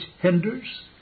hinders